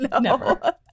No